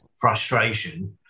frustration